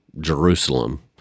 Jerusalem